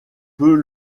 peut